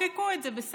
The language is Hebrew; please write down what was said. תחוקקו את זה, בסדר,